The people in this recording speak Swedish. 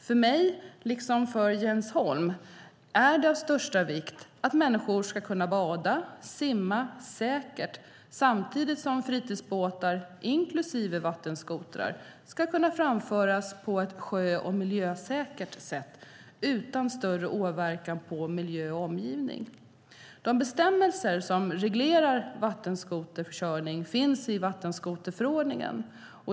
För mig, liksom för Jens Holm, är det av största vikt att människor ska kunna bada och simma säkert samtidigt som fritidsbåtar, inklusive vattenskotrar, ska framföras på ett sjö och miljösäkert sätt utan större åverkan på miljö och omgivning. De bestämmelser som reglerar vattenskoterkörning finns i vattenskoterförordningen.